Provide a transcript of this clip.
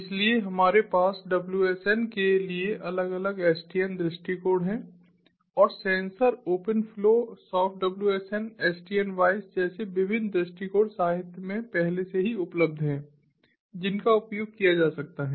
इसलिए हमारे पास WSN के लिए अलग अलग SDN दृष्टिकोण हैं और sensor OpenFlow Soft WSN SDN WISE जैसे विभिन्न दृष्टिकोण साहित्य में पहले से ही उपलब्ध हैं जिनका उपयोग किया जा सकता है